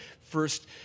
first